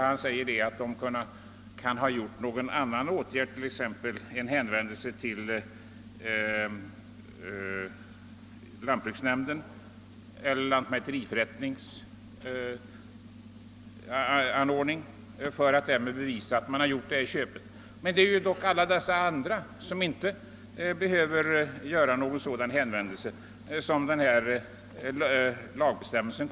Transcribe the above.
Han sade att det kunde vidtas en annan åtgärd, såsom hänvändelse till lantbruksnämnden eller något lantmäteriförrättningsorgan för att bevisa att köpet gjorts. Men vi har ju alla de andra som inte behöver göra någon sådan hänvändelse men som kommer att träffas av den här lagbestämmelsen.